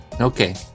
Okay